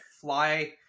fly